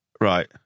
right